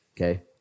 okay